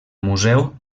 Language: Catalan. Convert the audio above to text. museu